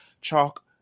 chalk